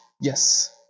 Yes